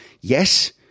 Yes